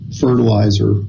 fertilizer